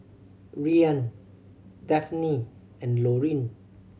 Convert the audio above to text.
Rian Dafne and Loring